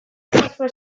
ezazue